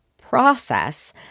process